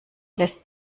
lässt